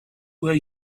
were